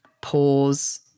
pause